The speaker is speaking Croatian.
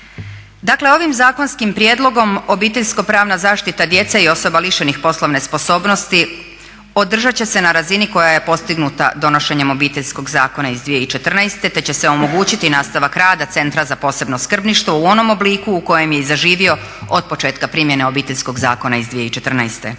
Dakle, ovim zakonskim prijedlogom obiteljsko-pravna zaštita djece i osoba lišenih poslovne sposobnosti održat će se na razini koja je postignuta donošenjem Obiteljskog zakona iz 2014., te će se omogućiti nastavak rada Centra za posebno skrbništvo u onom obliku u kojem je i zaživio od početka primjene Obiteljskog zakona iz 2014.